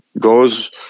goes